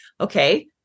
Okay